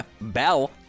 Bell